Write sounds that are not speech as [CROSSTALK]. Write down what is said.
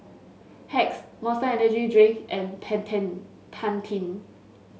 Hacks Monster Energy Drink and [UNINTELLIGIBLE] Pantene